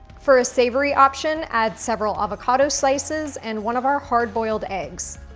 for a savory option, add several avocado slices and one of our hard boiled eggs.